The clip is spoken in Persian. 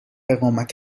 اقامت